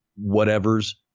whatever's